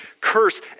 curse